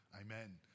Amen